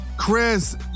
chris